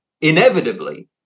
inevitably